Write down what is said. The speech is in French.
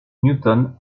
newton